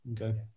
Okay